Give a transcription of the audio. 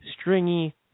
stringy